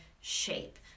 shape